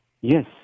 Yes